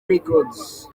records